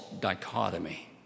dichotomy